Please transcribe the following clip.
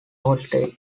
hostage